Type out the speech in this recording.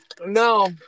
No